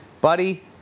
Buddy